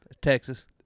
Texas